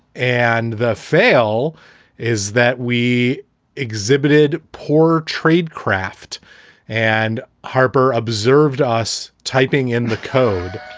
and the fail is that we exhibited poor tradecraft and harper observed us typing in the code